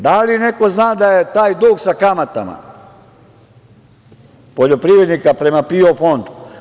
Da li neko zna da je taj dug sa kamatama poljoprivrednika prema PIO fondu?